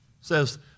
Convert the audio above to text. says